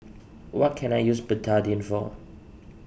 what can I use Betadine for